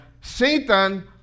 Satan